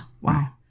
Wow